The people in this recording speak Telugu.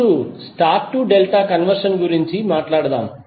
ఇప్పుడు స్టార్ టు డెల్టా కన్వర్షన్ గురించి మాట్లాడుదాం